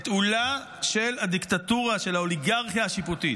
את עולה של הדיקטטורה של האוליגרכיה השיפוטית.